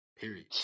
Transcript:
period